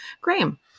Graham